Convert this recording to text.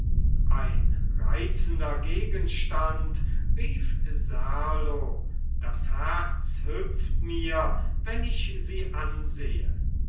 ein reizender gegenstand rief serlo das herz hüpft mir wenn ich sie ansehe